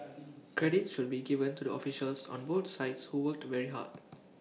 credit should be given to the officials on both sides who worked very hard